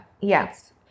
yes